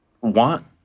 want